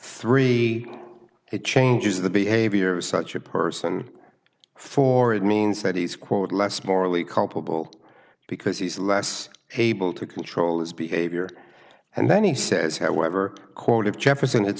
three it changes the behavior of such a person for it means that he's quote less morally culpable because he's less able to control his behavior and then he says however quote